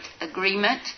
agreement